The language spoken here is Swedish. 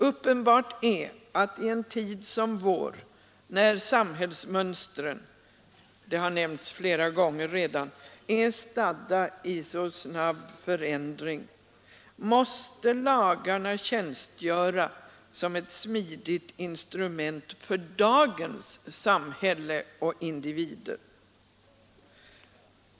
Uppenbart är att i en tid som vår när samhällsmönstren — det har nämnts flera gånger redan — är stadda i så snabb förändring måste lagarna tjänstgöra som ett smidigt instrument för dagens samhälle och individer.